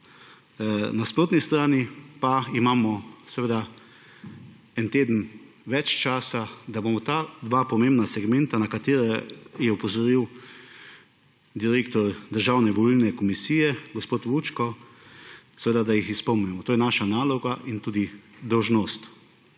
nasprotni strani pa imamo en teden več časa, da bomo ta dva pomembna segmenta, na katera je opozoril direktor Državne volilne komisije gospod Vučko, da ju izpolnimo. To je naša naloga in tudi dolžnost.